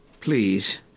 Please